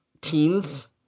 teens